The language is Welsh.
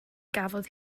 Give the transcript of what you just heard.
gafodd